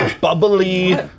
bubbly